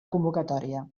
convocatòria